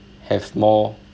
have more